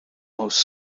most